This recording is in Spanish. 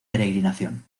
peregrinación